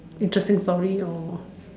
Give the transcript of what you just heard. interesting story or